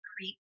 creep